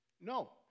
No